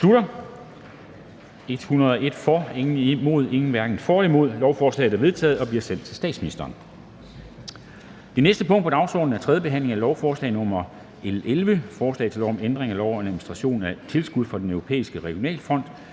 0, hverken for eller imod stemte 0. Lovforslaget er enstemmigt vedtaget og bliver sendt til statsministeren. --- Det næste punkt på dagsordenen er: 3) 3. behandling af lovforslag nr. L 11: Forslag til lov om ændring af lov om administration af tilskud fra Den Europæiske Regionalfond